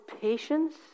patience